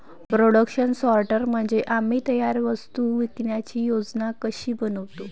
production सॉर्टर म्हणजे आम्ही तयार वस्तू विकण्याची योजना कशी बनवतो